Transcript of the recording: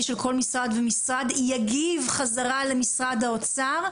של כל משרד ומשרד יגיב חזרה למשרד האוצר,